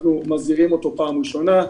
אנחנו מזהירים אותו פעם ראשונה,